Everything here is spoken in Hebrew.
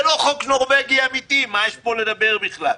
זה לא חוק נורווגי אמיתי, מה יש פה לדבר בכלל.